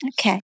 Okay